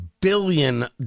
billion